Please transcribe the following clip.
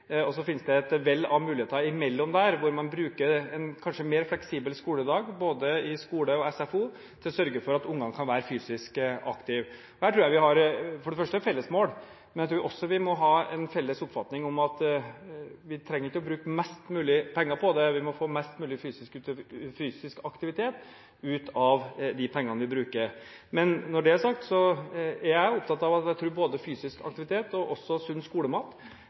skift. Så finnes det et vell av muligheter mellom der, hvor man kanskje kan bruke dagen mer fleksibelt – både i skolen og i SFO – for å sørge for at ungene kan være fysisk aktive. Der tror jeg vi for det første har et felles mål, men jeg tror også vi må ha en felles oppfatning om at vi ikke trenger å bruke mest mulig penger på det; vi må få mest mulig fysisk aktivitet ut av de pengene vi bruker. Men når det er sagt, er jeg opptatt av at jeg tror både fysisk aktivitet og også sunn skolemat